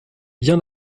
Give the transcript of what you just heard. bien